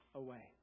away